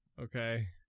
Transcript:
Okay